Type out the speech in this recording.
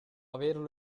averlo